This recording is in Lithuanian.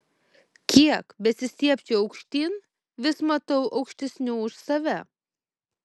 kiek besistiebčiau aukštyn vis matau aukštesnių už save